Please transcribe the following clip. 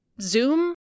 Zoom